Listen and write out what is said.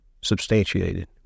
substantiated